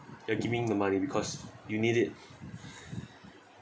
you are giving the money because you need it